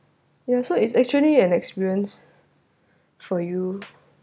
ya so it's actually an experience for you